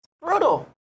brutal